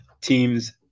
teams